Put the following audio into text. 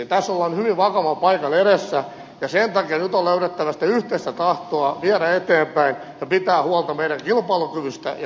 tässä ollaan hyvin vakavan paikan edessä ja sen takia nyt on löydettävä sitä yhteistä tahtoa viedä eteenpäin ja pitää huolta meidän kilpailukyvystämme ja työllisyydestä